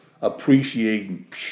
appreciating